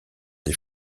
les